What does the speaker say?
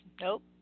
nope